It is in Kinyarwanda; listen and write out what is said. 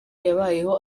yabayeho